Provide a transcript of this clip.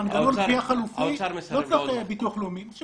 מנגנון גביה חלופי, לא צריך ביטוח לאומי.